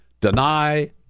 deny